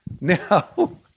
Now